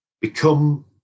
become